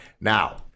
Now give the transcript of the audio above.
Now